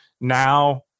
now